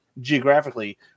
geographically